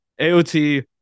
AOT